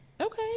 Okay